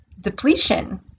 depletion